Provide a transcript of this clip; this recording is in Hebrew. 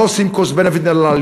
לא עושים cost benefit analysis,